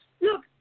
look